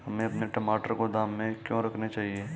हमें अपने टमाटर गोदाम में क्यों रखने चाहिए?